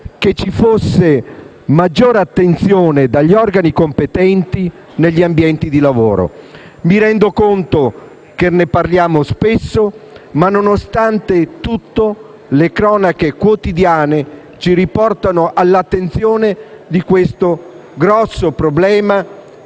ci fosse maggiore attenzione agli ambienti di lavoro. Mi rendo conto che ne parliamo spesso, ma nonostante tutto le cronache quotidiane ci riportano all'attenzione questo grosso problema,